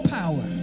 power